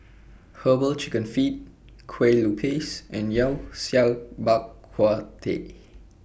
Herbal Chicken Feet Kueh Lupis and Yao Cai Bak Kut Teh